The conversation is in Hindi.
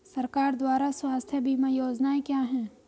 सरकार द्वारा स्वास्थ्य बीमा योजनाएं क्या हैं?